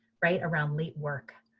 right? around late work.